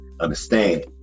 understand